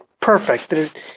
perfect